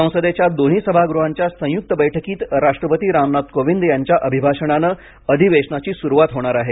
संसदेच्या दोन्ही सभागृहांच्या संयुक्त बैठकीत राष्ट्रपती रामनाथ कोविंद यांच्या अभिभाषणाने अधिवेशनाची सुरुवात होणार आहे